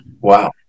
Wow